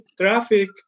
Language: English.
traffic